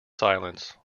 silence